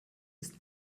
ist